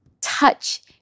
touch